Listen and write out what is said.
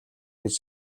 гэж